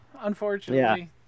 unfortunately